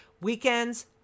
Weekends